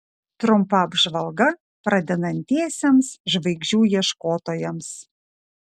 trumpa apžvalga pradedantiesiems žvaigždžių ieškotojams